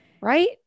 Right